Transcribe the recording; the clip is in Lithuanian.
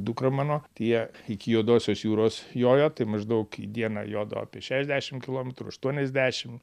dukra mano tai jie iki juodosios jūros jojo tai maždaug dieną jodavo apie šešiasdešim kilometrų aštuoniasdešim